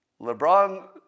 LeBron